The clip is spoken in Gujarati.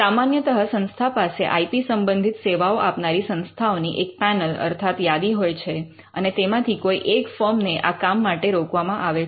સામાન્યતઃ સંસ્થા પાસે આઇ પી સંબંધિત સેવાઓ આપનારી સંસ્થાઓની એક પૅનલ અર્થાત યાદી હોય છે અને તેમાંથી કોઈ એક ફર્મ ને આ કામ માટે રોકવામાં આવે છે